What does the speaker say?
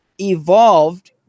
evolved